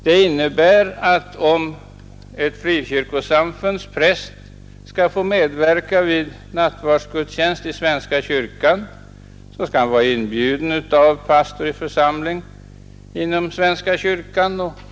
Det innebär att för att ett frikyrkosamfunds präst skall få medverka vid nattvardsgudstjänst i svenska kyrkan skall han vara inbjuden av pastor i församling inom svenska kyrkan.